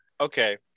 Okay